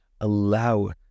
Allow